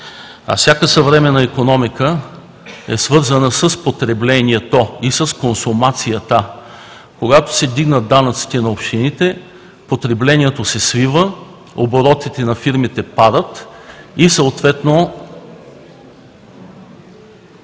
а всяка съвременна икономика е свързана с потреблението и с консумацията. Когато се вдигнат данъците на общините, потреблението се свива, оборотите на фирмите падат и съответно…